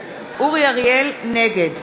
אריאל, נגד